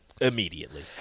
immediately